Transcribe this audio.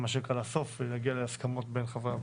לסוף ונגיע להסכמות בין חברי הוועדה.